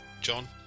John